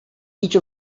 each